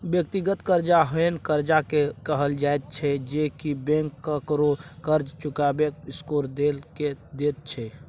व्यक्तिगत कर्जा ओहेन कर्जा के कहल जाइत छै जे की बैंक ककरो कर्ज चुकेबाक स्कोर देख के दैत छै